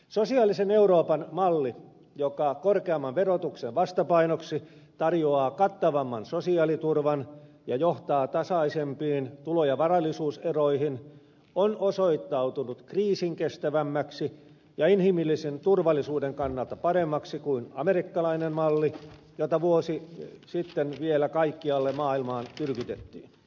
sosiaalisen euroopan malli joka korkeamman verotuksen vastapainoksi tarjoaa kattavamman sosiaaliturvan ja johtaa tasaisempiin tulo ja varallisuuseroihin on osoittautunut kriisinkestävämmäksi ja inhimillisen turvallisuuden kannalta paremmaksi kuin amerikkalainen malli jota vuosi sitten vielä kaikkialle maailmaan tyrkytettiin